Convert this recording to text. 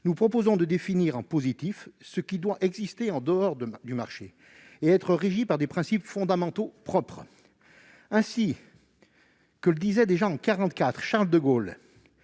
Nous proposons de définir positivement ce qui doit exister en dehors du marché, ce qui doit être régi par des principes fondamentaux propres. Ainsi que le disait déjà en 1944 Charles de Gaulle,